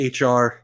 HR